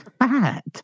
Fat